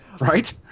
right